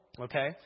Okay